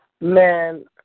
Man